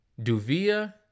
Duvia